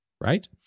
right